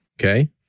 okay